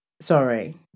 sorry